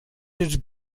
has